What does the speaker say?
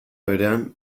berean